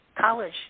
college